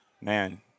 man